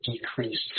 decreased